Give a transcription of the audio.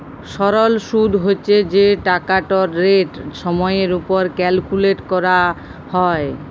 সরল সুদ্ হছে যে টাকাটর রেট সময়ের উপর ক্যালকুলেট ক্যরা হ্যয়